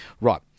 Right